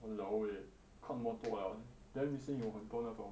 !walao! eh 看那么多 liao then recently 有很多那种